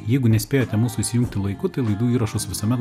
jeigu nespėjote mūsų įsijungti laiku tai laidų įrašus visuomet